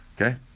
okay